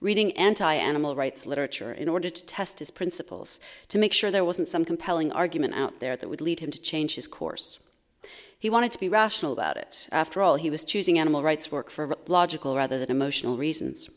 reading anti animal rights literature in order to test his principles to make sure there wasn't some compelling argument out there that would lead him to change his course he wanted to be rational about it after all he was choosing animal rights work for logical rather than emotional reasons